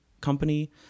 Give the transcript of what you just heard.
company